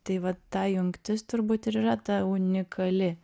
tai vat ta jungtis turbūt ir yra ta unikali